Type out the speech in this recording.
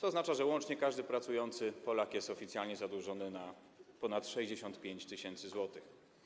Oznacza to, że łącznie każdy pracujący Polak jest oficjalnie zadłużony na ponad 65 tys. zł.